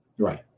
Right